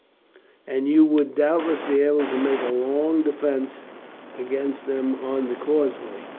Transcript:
and you would doubtless be able to make a long defence against them on the causeway.